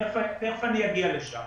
תכף אני אגיע לשם.